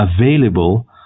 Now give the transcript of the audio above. available